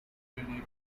migraine